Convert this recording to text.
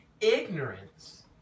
ignorance